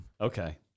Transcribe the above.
Okay